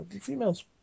females